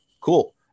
Cool